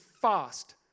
fast